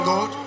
God